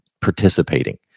participating